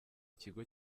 ikigo